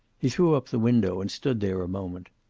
he threw up the window, and stood there a moment.